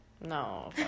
No